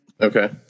Okay